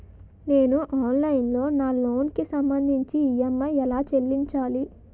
నేను ఆన్లైన్ లో నా లోన్ కి సంభందించి ఈ.ఎం.ఐ ఎలా చెల్లించాలి?